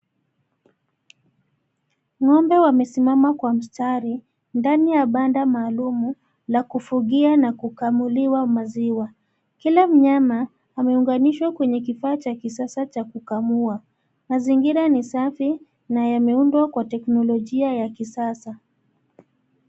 Ng'ombe wamesimama kwa mstari ndani ya banda maalumu la kufugia na kukamuliwa maziwa. Kila mnyama ameunganishwa kwenye kifaa cha kisasa cha kukamua. Mazingira ni safi na yameundwa kwa teknolojia ya kisasa.